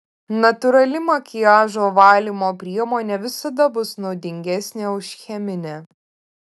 natūrali makiažo valymo priemonė visada bus naudingesnė už cheminę